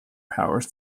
powers